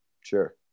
sure